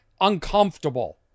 uncomfortable